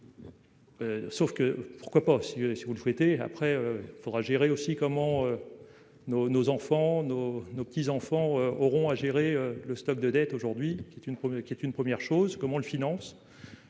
Sauf que, pourquoi pas si si vous le souhaitez après faudra gérer aussi comment. Nos, nos enfants, nos nos petits-enfants auront à gérer le stock de dettes aujourd'hui qui est une première qui une première chose. Comment le finance.